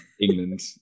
England